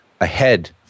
ahead